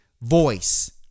voice